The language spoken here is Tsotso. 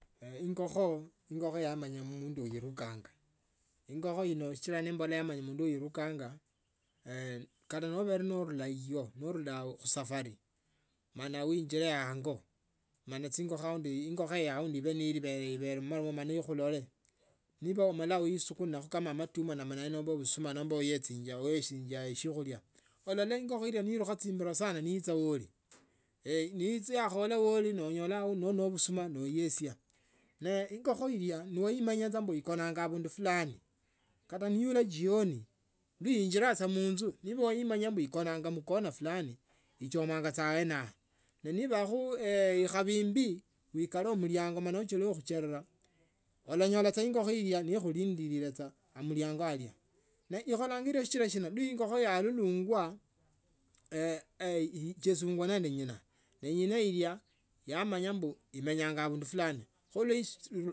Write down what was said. ingokho, ingokho yamanya mundu uirakanga ingekho ino sichila nimbola yamenya mundu uirakanga kata nobele nonila iyo inorula khusafari mala unjire ango mala ingokho aundi. Ibele mubalaba mala ikhulole niba umala uisukumakho amatuma namana hii nomba obosuma nomba weyisichia shiokhulia olola ingokho ila ne. Lukha chimbilo sana neichia ohi neyda auhi nanyda aundu noba nimde busuma nochiesa neigokho ilya noimanya mbu ikonanga abundu fulani. Onyola nei ola jioni nehjira munzu, ne yamanya ikonanga mkonafu fulani ichomanga saa aene ao nenibakho ikhabzi imbi si wikale mlango nochelewe khukalukha nomba khucherera olangola ingokho ihye nekhulindile amuliange yao nekhola iryo shichila shina ma ingokho yaulukianga ichesibwanga nende nyina nyina ilya yamanya imenya abundu fulani kho